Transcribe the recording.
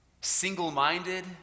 single-minded